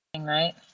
right